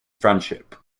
friendship